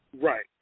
Right